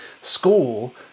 school